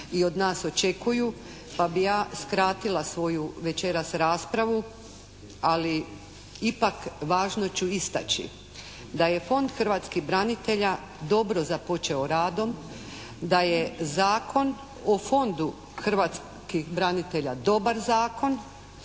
i od nas očekuju pa bi ja skratila svoju večeras raspravu, ali ipak važno ću istaći: Da je Fond hrvatskih branitelja dobro započeo radom. Da je Zakon o Fondu hrvatskih branitelja dobar zakon,